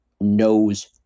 knows